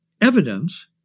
evidence